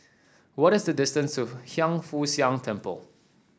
what is the distance to Hiang Foo Siang Temple